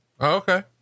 Okay